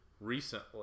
recently